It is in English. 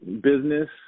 business